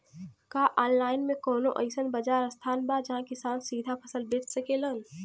का आनलाइन मे कौनो अइसन बाजार स्थान बा जहाँ किसान सीधा फसल बेच सकेलन?